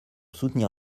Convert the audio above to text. soutenir